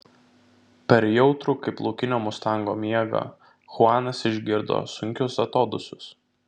per jautrų kaip laukinio mustango miegą chuanas išgirdo sunkius atodūsius